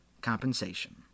compensation